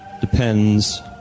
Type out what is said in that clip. depends